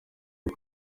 uri